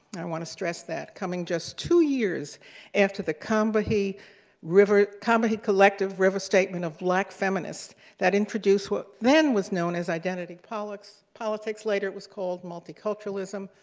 i want to stress that, coming just two years after the combahee river combahee collective river statement of black feminists that introduced what then was known as identity politics. later it was called multiculturalism,